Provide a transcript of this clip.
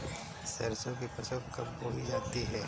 सरसों की फसल कब बोई जाती है?